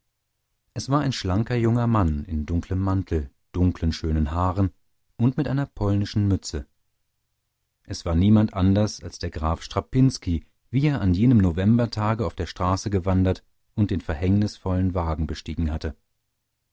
es war ein schlanker junger mann in dunklem mantel dunkeln schönen haaren und mit einer polnischen mütze es war niemand anders als der graf strapinski wie er an jenem novembertage auf der straße gewandert und den verhängnisvollen wagen bestiegen hatte